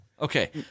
Okay